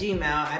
Gmail